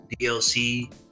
DLC